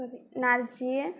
नारजि